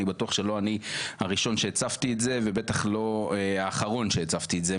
אני בטוח שלא אני הראשון שהצפתי את זה ובטח לא האחרון שהצפתי את זה.